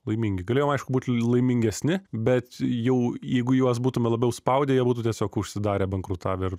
laimingi galėjom aišku būt laimingesni bet jau jeigu juos būtume labiau spaudę jie būtų tiesiog užsidarę bankrutavę ir